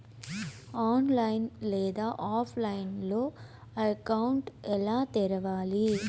online లేదా ఆఫ్లైన్లో account ఎలా తెరవాలి